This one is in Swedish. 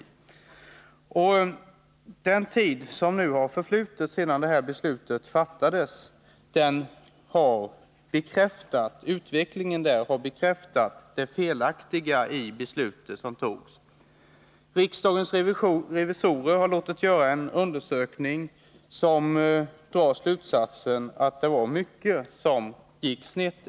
Utvecklingen under den tid som har förflutit sedan beslutet fattades har bekräftat det felaktiga i beslutet. Riksdagens revisorer har låtit göra en undersökning av vilken framgår att mycket har gått snett.